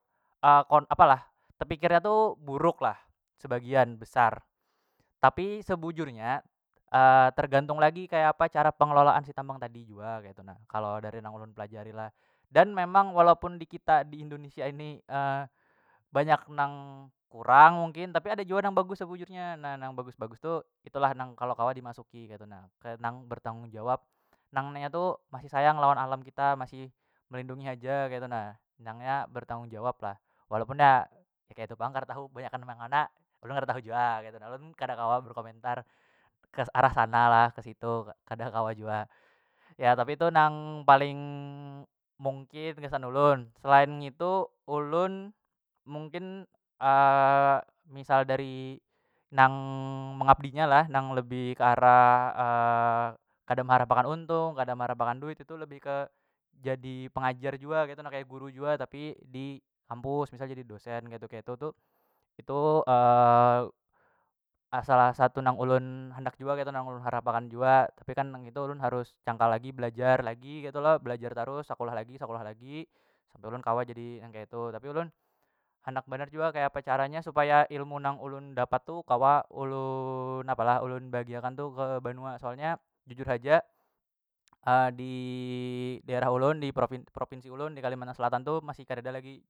kon apa lah tepikirnya tu buruk lah sebagian besar tapi sebujurnya tergantung lagi kayapa cara pengelolaan si tambang tadi jua ketu nah, kalo dari nang ulun pelajari lah dan memang walaupun dikita di indonesia ini banyak nang kurang mungkin tapi ada jua nang bagus sebujurnya na yang bagus- bagus tu itulah nang kalo kawa dimasuki ketu na kaya nang bertanggung jawab nang nya itu masih sayang lawan alam kita masih melindungi haja ketu na nang ya bertanggung jawab lah walaupun ya ketu pang kada tahu kebanyakan yang mana ulun kada tahu jua ketu na ulun kada kawa berkomentar ke arah sana lah kesitu kada kawa jua ya tapi itu nang paling mungkin gasan ulun selain ngitu ulun mungkin misal dari nang mengabdinya lah nang lebih ke arah kada meharap akan untung kada meharap akan duit itu lebih ke jadi pengajar jua ketu nah kaya guru jua tapi di kampus misal jadi dosen ketu- ketu tu itu asala satu nang ulun handak jua ketu nah yang ulun harap akan jua tapi kan nang itu ulun harus cangkal lagi belajar lagi ketu lo belajar tarus sekulah lagi sekulah lagi sampai ulun kawa jadi yang keitu tapi ulun handak banar jua kaya apa caranya supaya ilmu nang ulun dapat tu kawa ulun apalah ulun bagi akan tu ke banua soalnya jujur haja di daerah ulun di provin provinsi ulun dikalimantan selatan tu masih kareda lagi.